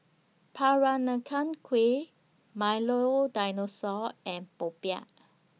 Peranakan Kueh Milo Dinosaur and Popiah